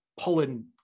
pulling